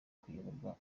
kuyoborwa